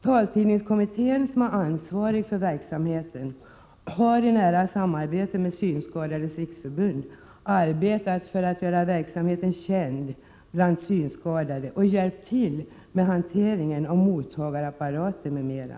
Taltidningskommittén, som är ansvarig för verksamheten, har i nära samarbete med Synskadades riksförbund arbetat för att göra verksamheten känd bland synskadade och hjälpt till med hanteringen av mottagarapparatur m.m.